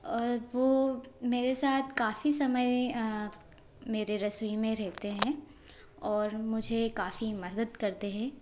और वो मेरे साथ काफ़ी समय मेरे रसोई में रहते हैं और मुझे काफ़ी मदद करते हैं